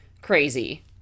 crazy